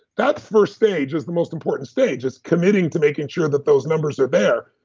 that first stage is the most important stage. is committing to making sure that those numbers are there.